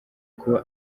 kuba